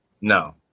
No